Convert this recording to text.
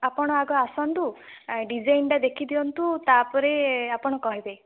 ଆପଣ ଆଗ ଆସନ୍ତୁ ଡିଜାଇନଟା ଦେଖି ଦିଅନ୍ତୁ ତାପରେ ଆପଣ କହିବେ